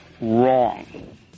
wrong